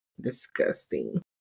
Disgusting